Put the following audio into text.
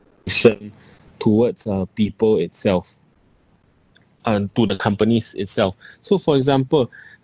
towards uh people itself uh to the companies itself so for example